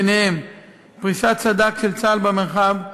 ובהם פריסת סד"כ של צה"ל במרחב,